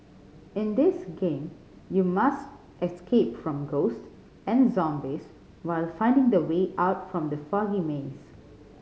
in this game you must escape from ghost and zombies while finding the way out from the foggy maze